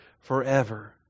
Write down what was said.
forever